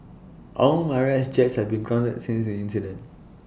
all Mirage jets have been grounded since the incident